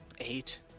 eight